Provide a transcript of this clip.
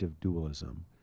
dualism